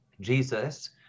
Jesus